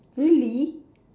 really